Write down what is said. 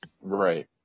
Right